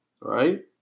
right